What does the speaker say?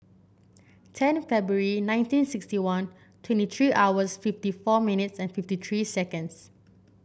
ten February nineteen sixty one twenty three hours fifty four minutes and fifty three seconds